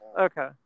Okay